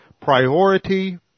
priority